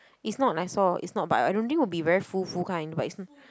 it's not like nice lor it's not but I don't think would be very full full kind of but it's